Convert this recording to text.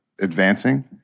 advancing